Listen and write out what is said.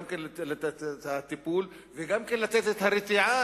גם לתת את הטיפול וגם לתת את הרתיעה,